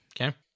Okay